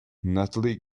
natalie